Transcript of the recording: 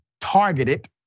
targeted